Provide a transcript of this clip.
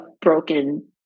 broken